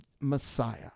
Messiah